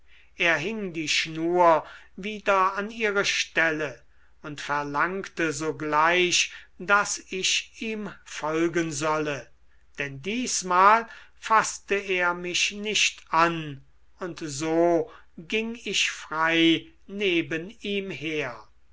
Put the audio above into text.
er hing die schnur wieder an ihre stelle und verlangte sogleich daß ich ihm folgen solle denn diesmal faßte er mich nicht an und so ging ich frei neben ihm her